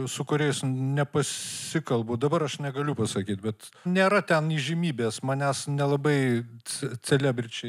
su kuriais nepasikalbu dabar aš negaliu pasakyt bet nėra ten įžymybės manęs nelabai ce celebričiai